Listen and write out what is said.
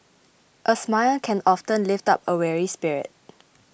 a smile can often lift up a weary spirit